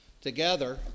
together